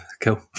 cool